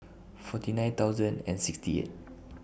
forty nine thousand and sixty eight